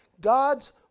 God's